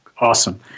Awesome